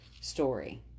story